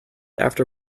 after